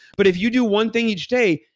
but if you do one thing each day,